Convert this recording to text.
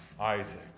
Isaac